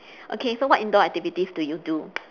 okay so what indoor activities do you do